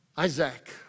Isaac